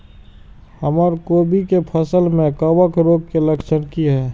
हमर कोबी के फसल में कवक रोग के लक्षण की हय?